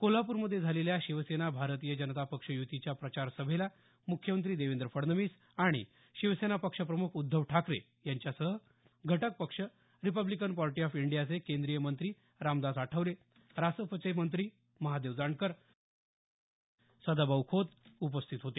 कोल्हापुरमध्ये झालेल्या शिवसेना भारती जनता पक्ष युतीच्या प्रचार सभेला मुख्यमंत्री देवेंद्र फडणवीस आणि शिवसेना पक्ष प्रमुख उद्धव ठाकरे यांच्यासह घटक पक्ष रिपब्लिकन पार्टी ऑफ इंडियाचे केंद्रीय मंत्री रामदास आठवले रासपचे मंत्री महादेव जानकर सदाभाऊ खोत उपस्थित होते